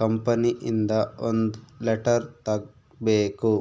company ಇಂದ ಒಂದ್ letter ತರ್ಬೇಕು